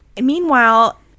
meanwhile